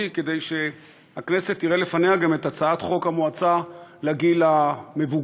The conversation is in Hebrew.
כדי שהכנסת תראה לפניה גם את הצעת חוק המועצה לגיל המבוגר.